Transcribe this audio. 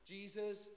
Jesus